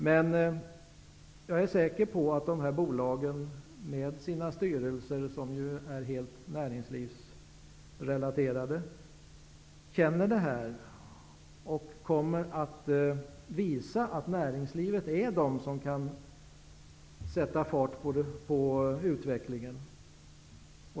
Men jag är säker på att dessa bolag med sina styrelser, som ju är helt näringslivsrelaterade, känner det här och kommer att visa att det är näringslivet som kan sätta fart på utvecklingen.